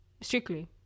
Strictly